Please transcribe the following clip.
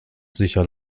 sicher